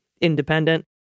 independent